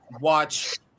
watch